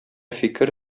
фикер